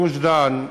גוש-דן,